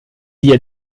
dir